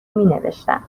مینوشتم